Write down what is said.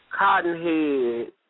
cottonhead